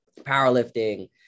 powerlifting